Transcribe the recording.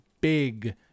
big